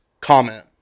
comment